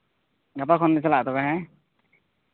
ᱜᱟᱯᱟ ᱠᱷᱚᱱ ᱜᱮᱞᱮ ᱪᱟᱞᱟᱜᱼᱟ ᱛᱚᱵᱮ